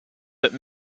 but